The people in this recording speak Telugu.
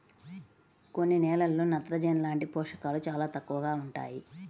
కొన్ని నేలల్లో నత్రజని లాంటి పోషకాలు చాలా తక్కువగా ఉంటాయి